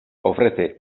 ofrece